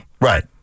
Right